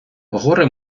горе